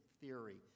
theory